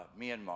Myanmar